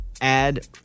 Add